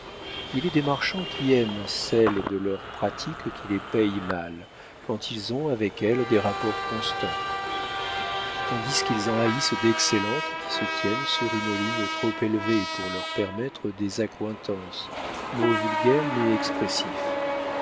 il est des marchands qui aiment celles de leurs pratiques qui les payent mal quand ils ont avec elles des rapports constants tandis qu'ils en haïssent d'excellentes qui se tiennent sur une ligne trop élevée pour leur permettre des accointances mot vulgaire mais expressif